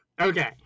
Okay